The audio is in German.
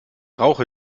rauche